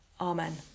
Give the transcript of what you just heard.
Amen